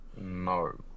No